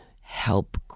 help